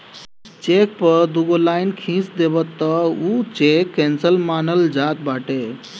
check पअ दुगो line खिंच देबअ तअ उ चेक केंसल मानल जात बाटे